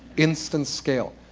instant scale.